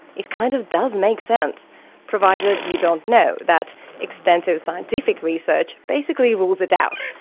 it kind of does make sense provided you don't know that extensive scientific research basically rules it out,